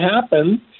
happen